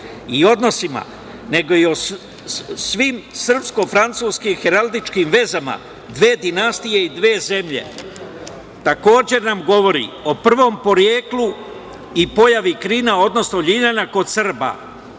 i odnosima, nego i svim srpko-francuskim heraldičkim vezama dve dinastije i dve zemlje. Takođe nam govori o prvom poreklu i pojavi krina, odnosno ljiljana kod Srba. Da